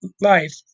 life